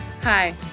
Hi